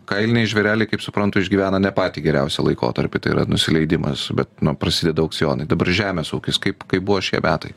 kailiniai žvėreliai kaip suprantu išgyvena ne patį geriausią laikotarpį tai yra nusileidimas bet nu prasideda aukcionai dabar žemės ūkis kaip kaip buvo šie metai